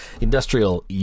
industrial